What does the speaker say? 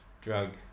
drug